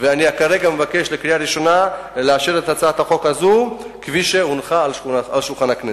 כרגע אני מבקש לאשר את הצעת החוק הזאת כפי שהונחה על שולחן הכנסת.